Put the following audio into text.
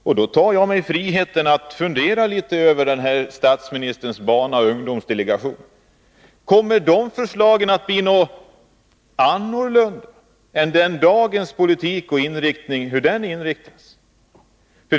Jag tar mig friheten att fundera litet över statsministerns barnoch ungdomsdelegation. Kommer dess förslag att få någon annan inriktning än dagens politik?